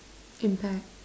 impact